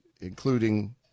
including